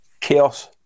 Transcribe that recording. chaos